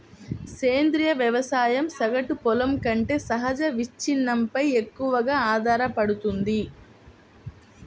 సేంద్రీయ వ్యవసాయం సగటు పొలం కంటే సహజ విచ్ఛిన్నంపై ఎక్కువగా ఆధారపడుతుంది